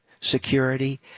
security